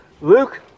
Luke